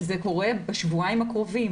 שזה יקרה בשבועיים הקרובים